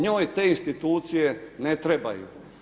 Njoj te institucije ne trebaju.